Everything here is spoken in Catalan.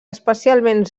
especialment